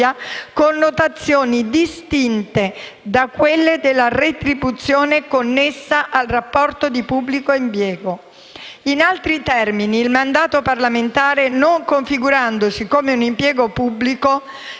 connotazioni distinte da quelle della retribuzione connessa al rapporto di pubblico impiego. In altri termini, il mandato parlamentare, non configurandosi come un impiego pubblico,